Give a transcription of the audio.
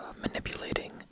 manipulating